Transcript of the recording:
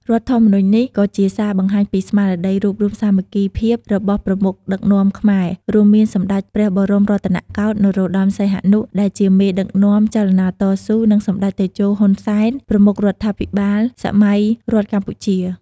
រដ្ឋធម្មនុញ្ញនេះ ក៏ជាសារបង្ហាញពីស្មារតីរួបរួមសាមគ្គីភាពរបស់ប្រមុខដឹកនាំខ្មែរ រួមមានសម្តេចព្រះបរមរតនកោដ្ឋ នរោត្តម សីហនុ ដែលជាមេដឹកនាំចលនាតស៊ូ និង សម្តេចតេជោ ហ៊ុន សែន ប្រមុខរដ្ឋាភិបាលសម័យរដ្ឋកម្ពុជា។